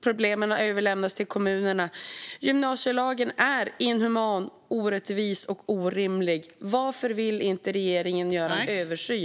Problemen har överlämnats till kommunerna. Gymnasielagen är inhuman, orättvis och orimlig. Varför vill inte regeringen göra en översyn?